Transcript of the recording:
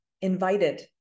invited